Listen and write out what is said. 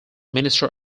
minister